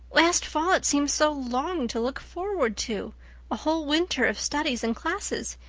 last fall it seemed so long to look forward to a whole winter of studies and classes.